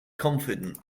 confident